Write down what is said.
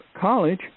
college